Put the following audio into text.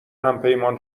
همپیمان